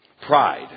Pride